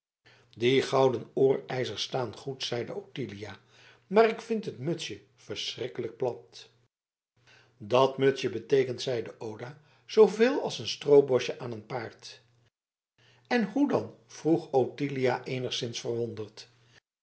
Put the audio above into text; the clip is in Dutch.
die gouden oorijzers staan goed zeide ottilia maar ik vind het mutsje verschrikkelijk plat dat mutsje beteekent zeide oda zooveel als een stroobosje aan een paard en hoe dat vroeg ottilia eenigszins